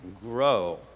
grow